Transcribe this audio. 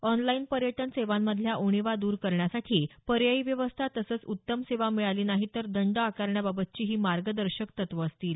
online पर्यटन सेवांमधल्या उणीवा दूर करण्यासाठी पर्यायी व्यवस्था तसंच उत्तम सेवा मिळाली नाही तर दंड आकारण्याबाबतची ही मार्गदर्शक तत्वं असतील